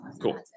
Cool